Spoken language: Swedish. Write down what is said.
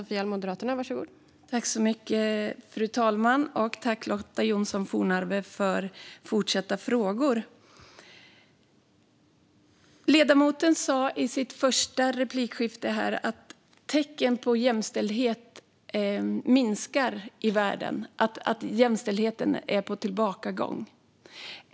Fru talman! Jag tackar Lotta Johnsson Fornarve för fortsatta frågor. Ledamoten sa i sin första replik att tecknen på jämställdhet minskar i världen och att jämställdheten är på tillbakagång.